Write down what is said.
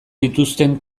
dituzten